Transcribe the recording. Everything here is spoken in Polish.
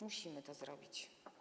Musimy to zrobić.